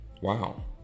Wow